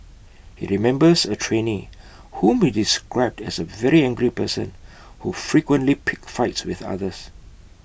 he remembers A trainee whom he described as A very angry person who frequently picked fights with others